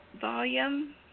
volume